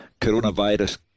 coronavirus